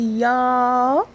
y'all